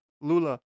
Lula